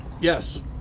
Yes